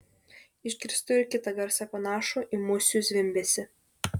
išgirstu ir kitą garsą panašų į musių zvimbesį